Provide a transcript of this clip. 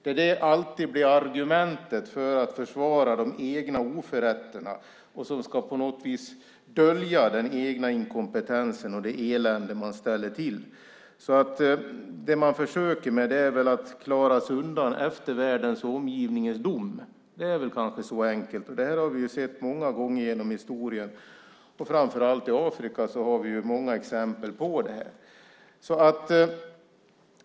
Det blir alltid argumentet för att försvara de egna oförrätterna och det som på något vis ska dölja den egna inkompetensen och det elände man ställer till. Det man försöker göra är väl att klara sig undan eftervärldens och omgivningens dom. Det är kanske så enkelt. Det här har vi sett många gånger genom historien. Framför allt i Afrika finns det många exempel på det.